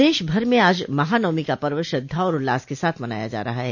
प्रदेश भर में आज महानवमी का पर्व श्रद्धा और उल्लास के साथ मनाया जा रहा है